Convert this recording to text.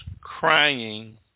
crying